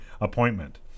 appointment